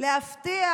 להבטיח